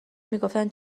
میگفتن